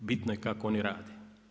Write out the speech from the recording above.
Bitno je kako oni rade.